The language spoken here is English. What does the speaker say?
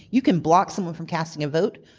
you can block someone from casting a vote,